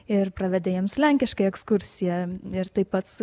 ir pravedė jiems lenkiškai ekskursiją ir tai pats